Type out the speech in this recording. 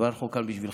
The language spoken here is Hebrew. אבל אנחנו כאן בשבילכם.